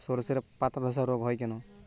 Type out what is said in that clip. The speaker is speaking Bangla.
শর্ষের পাতাধসা রোগ হয় কেন?